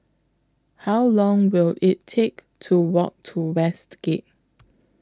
How Long Will IT Take to Walk to Westgate